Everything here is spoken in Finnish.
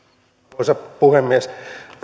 arvoisa puhemies